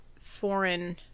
foreign